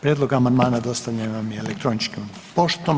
Prijedlog amandmana dostavljen vam je elektroničkom poštom.